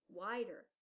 wider